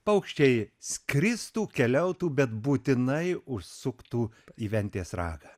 paukščiai skristų keliautų bet būtinai užsuktų į ventės ragą